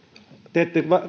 te ette